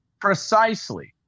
Precisely